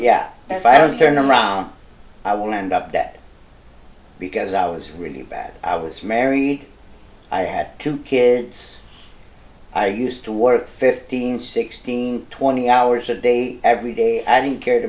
don't turn around i will end up that because i was really bad i was married i had two kids i used to work fifteen sixteen twenty hours a day every day i didn't care